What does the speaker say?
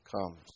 comes